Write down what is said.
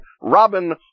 Robin